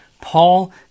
Paul